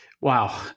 wow